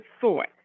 thought